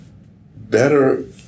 better